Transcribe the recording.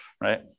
right